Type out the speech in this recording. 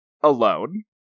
alone